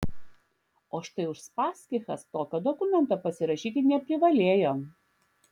o štai uspaskichas tokio dokumento pasirašyti neprivalėjo